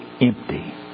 empty